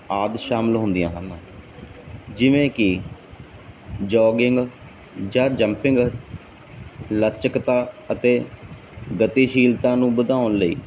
ਆਦਿ ਸ਼ਾਮਲ ਹੁੰਦੀਆਂ ਹਨ ਜਿਵੇਂ ਕਿ ਜੋਗਿੰਗ ਜਾਂ ਜੰਪਿੰਗ ਲਚਕਤਾ ਅਤੇ ਗਤੀਸ਼ੀਲਤਾ ਨੂੰ ਵਧਾਉਣ ਲਈ